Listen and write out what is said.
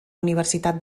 universitat